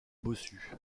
bossu